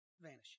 vanishing